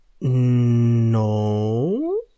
No